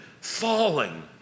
falling